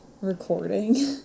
recording